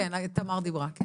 כן, תמר היא זו שדיברה.